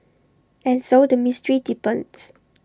and so the mystery deepens